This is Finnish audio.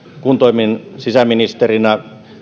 kun toimin sisäministerinä